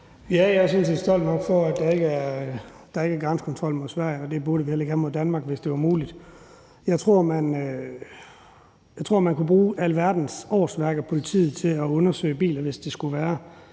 set stolt af, at der ikke er grænsekontrol mod Sverige, og det burde man heller ikke have mod Danmark, hvis det var muligt. Jeg tror, man kunne bruge alverdens årsværk i politiet til at undersøge biler, hvis det skulle være.